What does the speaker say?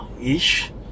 ish